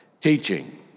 teaching